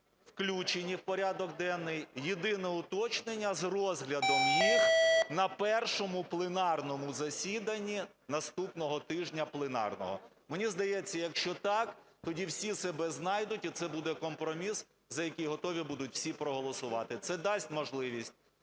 включені в порядок денний. Єдине уточнення: з розглядом їх на першому пленарному засіданні наступного тижня пленарного. Мені здається, якщо так, тоді всі себе знайдуть і це буде компроміс, за який готові будуть всі проголосувати. Це дасть можливість